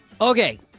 Okay